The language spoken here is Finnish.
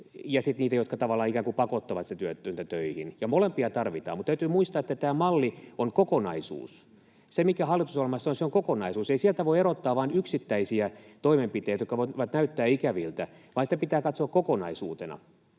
ja sitten niitä, jotka tavallaan ikään kuin pakottavat sitä työtöntä töihin. Ja molempia tarvitaan, mutta täytyy muistaa, että tämä malli on kokonaisuus. Se, mikä hallitusohjelmassa on, on kokonaisuus, ei sieltä voi erottaa vain yksittäisiä toimenpiteitä, jotka voivat näyttää ikäviltä, vaan sitä pitää katsoa kokonaisuutena.